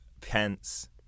Pence